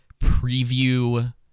preview